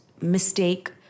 Mistake